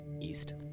east